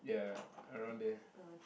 ya around there